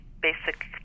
basic